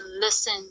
listen